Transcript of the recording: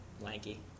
lanky